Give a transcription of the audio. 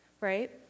right